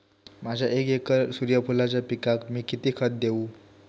माझ्या एक एकर सूर्यफुलाच्या पिकाक मी किती खत देवू?